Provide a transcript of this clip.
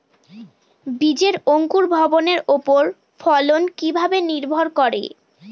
বীজের অঙ্কুর ভবনের ওপর ফলন কিভাবে নির্ভর করে?